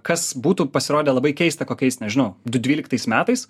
kas būtų pasirodę labai keista kokiais nežinau du dvyliktais metais